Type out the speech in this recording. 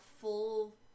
full